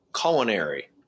culinary